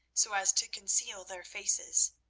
so as to conceal their faces.